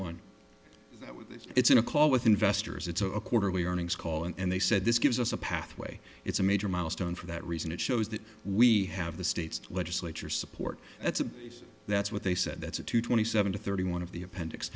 one it's in a call with investors it's a quarterly earnings call and they said this gives us a pathway it's a major milestone for that reason it shows that we have the state's legislature support that's a that's what they said that's up to twenty seven to thirty one of the appendix